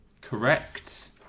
Correct